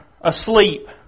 asleep